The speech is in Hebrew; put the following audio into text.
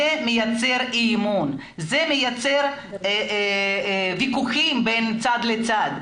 זה מייצר אי אמון, זה מייצר ויכוחים בין צד לצד.